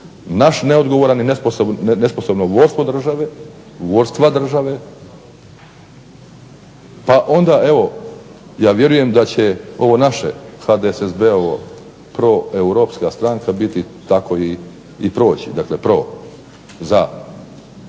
naš neodgovoran i nesposobno vodstvo države, vodstva države. Pa onda evo ja vjerujem da će ovo naše HDSSB-ovo proeuropska stranka biti tako i proći, dakle pro, za